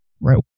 right